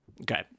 Okay